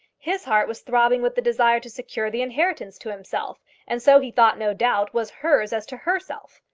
his heart was throbbing with the desire to secure the inheritance to himself and so he thought, no doubt, was hers as to herself.